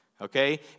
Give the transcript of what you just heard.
Okay